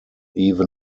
even